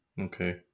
okay